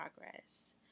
Progress